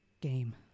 game